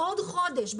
עוד חודש,